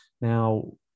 Now